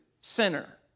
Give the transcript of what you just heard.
sinner